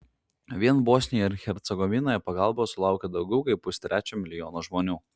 vien bosnijoje ir hercegovinoje pagalbos sulaukė daugiau kaip pustrečio milijono žmonių